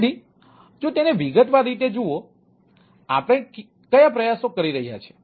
તેથી જો તમે તેને વિગતવાર રીતે જુઓ આપણે કયા પ્રયાસો કરી રહ્યા છીએ